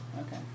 Okay